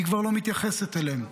היא כבר לא מתייחסת אליהם.